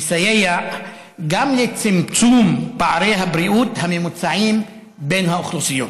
יסייעו גם לצמצום פערי הבריאות הממוצעים בין האוכלוסיות.